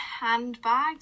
handbags